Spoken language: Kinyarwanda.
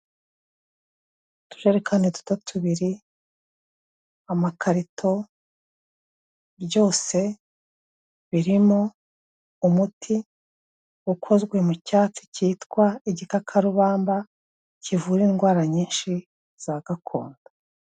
Uturere kandi duto tubiri, amakarito, byose birimo umuti ukozwe mu cyatsi cyitwa igikakarubamba kivura indwara nyinshi za gakondo.